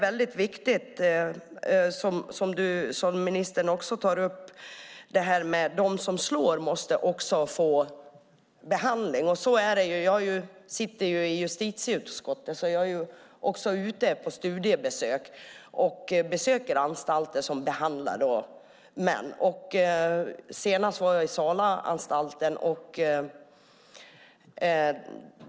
Ministern tar också upp att de som slår måste få behandling. Det är väldigt viktigt. Jag sitter i justitieutskottet och är ute på studiebesök på anstalter som behandlar män. Senast var jag på Salaanstalten.